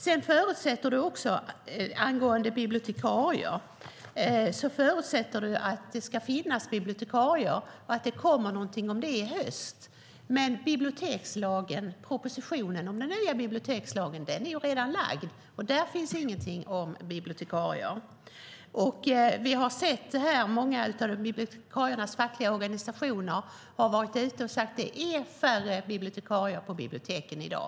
Sedan förutsätter du också att det ska finnas bibliotekarier och att det kommer någonting om det i höst. Men propositionen om den nya bibliotekslagen är redan lagd, och där finns ingenting om bibliotekarier. Många av bibliotekariernas fackliga organisationer har varit ute och sagt att det är färre bibliotekarier på biblioteken i dag.